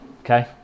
Okay